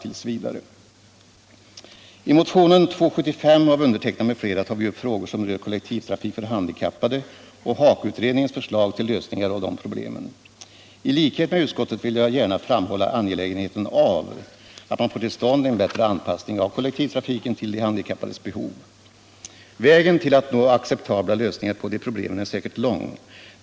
I motionen 2735 av mig själv m.fl. tar vi upp frågor som rör kollektivtrafik för handikappade och HAKO-utredningens förslag till lösningar av dessa problem. I likhet med utskottet vill jag gärna framhålla angelägenheten av att man får till stånd en bättre anpassning av kollektivtrafiken till de handikappades behov. Vägen till att nå acceptabla lösningar på de problemen är säkert lång.